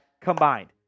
combined